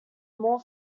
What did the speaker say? more